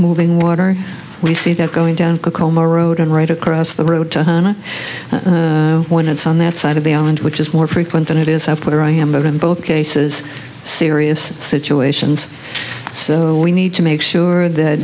moving water we see that going down a coma road and right across the road to hana when it's on that side of the island which is more frequent than it is i put it i am not in both cases serious situations so we need to make sure that